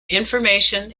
information